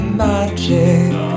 magic